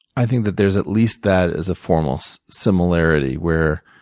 i think that there's at least that as a formal similarity, where